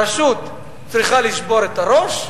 הרשות צריכה לשבור את הראש.